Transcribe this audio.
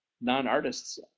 non-artists